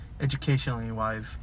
educationally-wise